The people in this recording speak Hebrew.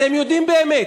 אתם יודעים באמת.